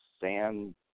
sand